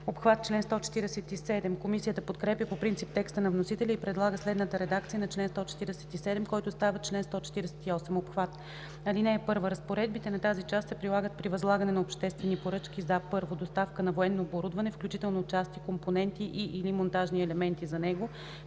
Обхват”. Комисията подкрепя по принцип текста на вносителя и предлага следната редакция на чл. 147, който става чл. 148: „Обхват Чл. 148. (1) Разпоредбите на тази част се прилагат при възлагане на обществени поръчки за: 1. доставки на военно оборудване, включително части, компоненти и/или монтажни елементи за него,